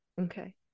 Okay